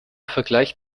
vergleich